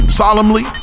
solemnly